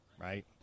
right